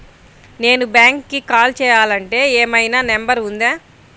నేను బ్యాంక్కి కాల్ చేయాలంటే ఏమయినా నంబర్ ఉందా?